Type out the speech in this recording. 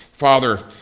Father